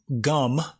gum